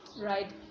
right